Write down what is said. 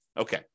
Okay